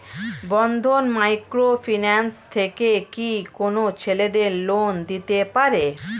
বন্ধন micro finance থেকে কি কোন ছেলেদের লোন দিতে পারে?